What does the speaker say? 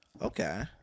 Okay